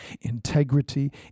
integrity